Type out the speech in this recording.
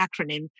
acronym